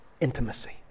intimacy